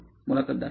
मुलाखतदार होय